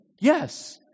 Yes